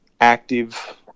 active